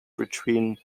between